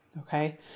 okay